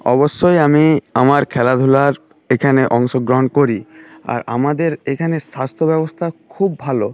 অবশ্যই আমি আমার খেলাধূলার এখানে অংশগ্রহণ করি আর আমাদের এখানে স্বাস্থ্য ব্যবস্থা খুব ভালো